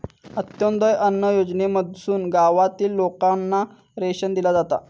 अंत्योदय अन्न योजनेमधसून गावातील लोकांना रेशन दिला जाता